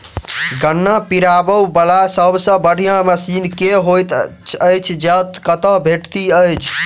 गन्ना पिरोबै वला सबसँ बढ़िया मशीन केँ होइत अछि आ कतह भेटति अछि?